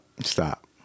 Stop